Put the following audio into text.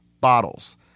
bottles